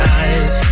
eyes